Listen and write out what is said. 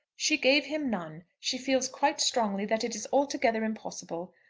she gave him none. she feels quite strongly that it is altogether impossible.